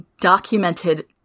documented